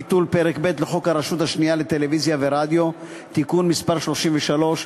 ביטול פרק ב' לחוק הרשות השנייה לטלוויזיה ורדיו (תיקון מס' 33),